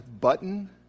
button